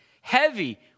heavy